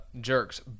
jerks